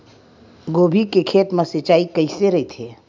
गोभी के खेत मा सिंचाई कइसे रहिथे?